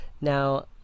Now